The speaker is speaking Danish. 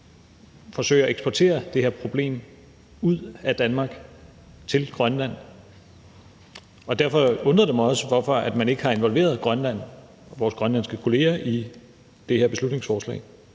forsøge at eksportere det her problem ud af Danmark til Grønland, og derfor undrede det mig også, hvorfor man ikke har involveret Grønland og vores grønlandske kolleger i det her beslutningsforslag.